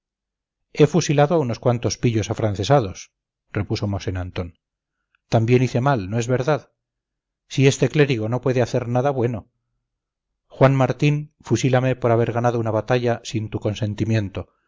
he fusilado a unos cuantos pillos afrancesados repuso mosén antón también hice mal no es verdad si este clérigo no puede hacer nada bueno juan martín fusílame por haber ganado una batalla sin tu consentimiento